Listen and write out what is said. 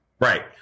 Right